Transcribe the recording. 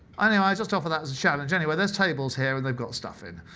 and i just offer that as a challenge. anyway, there's tables here and they've got stuff in